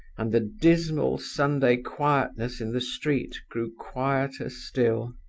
and the dismal sunday quietness in the street grew quieter still.